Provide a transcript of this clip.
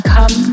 Come